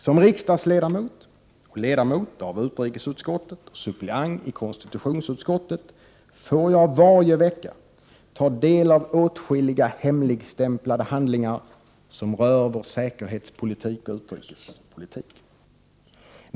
Som riksdagsledamot och ledamot av utrikesutskottet och som suppleant i konstitutionsutskottet får jag varje vecka ta del av åtskilliga hemligstämplade handlingar som rör säkerhetspolitik och utrikespolitik.